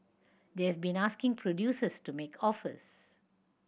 they've been asking producers to make offers